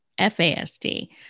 FASD